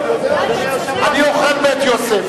אני אוכל "בית יוסף",